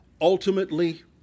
ultimately